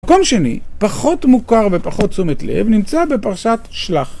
מקום שני, פחות מוכר ופחות תשומת לב, נמצא בפרשת שלח.